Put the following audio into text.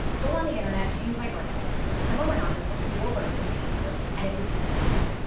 go on the internet. change my birthday. yeah. someone went on and put my real birthday in. yes. and it was rejected.